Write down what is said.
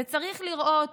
צריך לראות